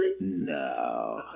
No